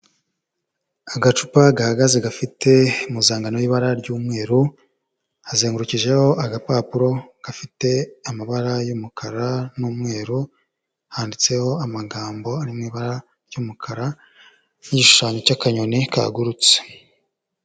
Agacupa gahagaze gafite impuzangano y'ibara ry'umweru, hazengurukijeho agapapuro gafite amabara y'umukara n'umweru, handitseho amagambo ari mu ibara ry'umukara n'igishushanyo cy'akanyoni kagurutse.